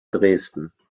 dresden